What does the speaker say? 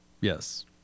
Yes